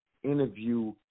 Interview